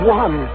one